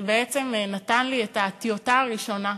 שבעצם נתן לי את הטיוטה הראשונה,